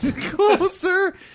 Closer